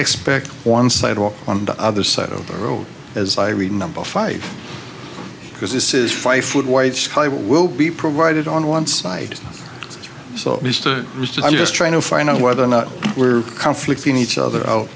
expect one side walk on the other side of the road as i read number five because this is five foot wide sky will be provided on one side so mr rich i'm just trying to find out whether or not we're conflict in each other o